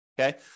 okay